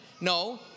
No